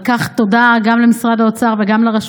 על כך תודה גם למשרד האוצר וגם לרשות